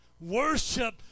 Worship